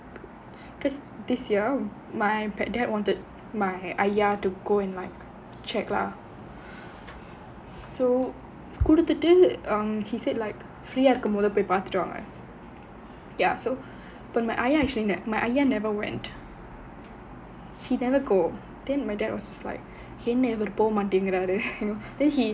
because this year my dad wanted my ஐயா:iyya to go and like check lah so கொடுத்துட்டு:koduthuttu um he said like free ah இருக்கும் போது போய் பார்த்துட்டு வாங்க:irukkum pothu poyi parthuttu vaanga ya so but my ஐயா:iyya actually my ஐயா:iyya never went she never go then my dad was just like என்ன இவரு போ மாட்டேங்குறாரு:enna ivaru po maattaenguraaru